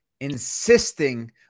Insisting